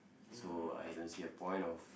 so I don't see a point of